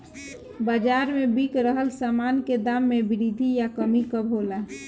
बाज़ार में बिक रहल सामान के दाम में वृद्धि या कमी कब होला?